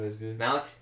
Malik